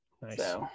Nice